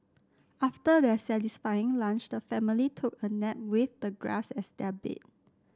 after their satisfying lunch the family took a nap with the grass as their bed